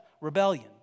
Rebellion